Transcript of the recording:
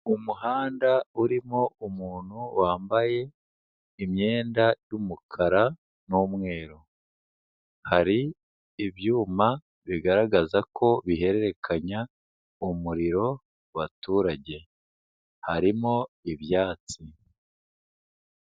Umuhanda urimo umuntu wambaye imyenda y'umukara n'umweru, hari ibyuma bigaragaza ko bihererekanya umuriro wabaturage, harimo ibyatsi.